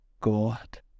God